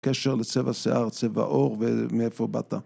קשר לצבע שיער, צבע עור ומאיפה באת.